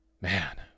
man